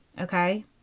Okay